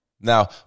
Now